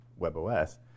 WebOS